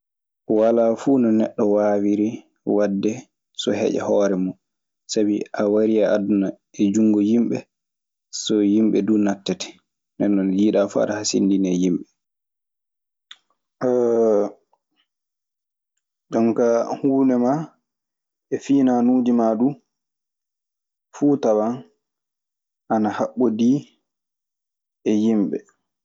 Walaa fuu no neɗɗo waawiri waɗde so heƴa hoore mun. Sabi, a wari e aduna e junngo yimɓe, yimɓe duu naɓtete. Nden non njiiɗaa fuu aɗe hasindinii e yimɓe. Jonkaa huunde maa e fiinaanuuji maa du, fuu tawan ana haɓɓodii e yimɓe.